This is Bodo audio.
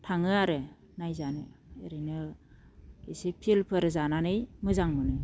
थाङो आरो नायजानो ओरैनो एसे पिलफोर जानानै मोजां मोनो